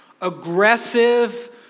aggressive